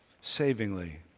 savingly